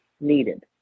needed